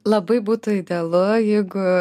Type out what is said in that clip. labai būtų idealu jeigu